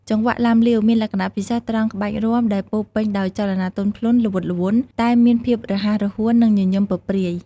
ចង្វាក់ឡាំលាវ មានលក្ខណៈពិសេសត្រង់ក្បាច់រាំដែលពោរពេញដោយចលនាទន់ភ្លន់ ល្វត់ល្វន់ តែមានភាពរហ័សរហួន និងញញឹមពព្រាយ។